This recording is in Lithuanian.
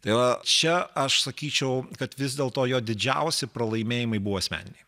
tai va čia aš sakyčiau kad vis dėlto jo didžiausi pralaimėjimai buvo asmeniniai